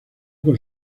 con